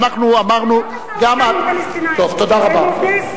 זה לא משא-ומתן עם הפלסטינים,